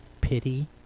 pity